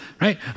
right